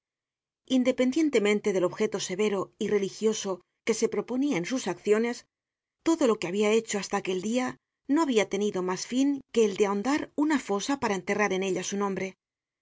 independientemente del objeto severo y religioso que se proponia en sus acciones todo lo que habia hecho hasta aquel dia no habia tenido mas fin que el de ahondar una fosa para enterrar en ella su nombre